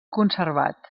conservat